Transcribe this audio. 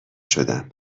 شدم